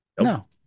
No